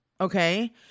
okay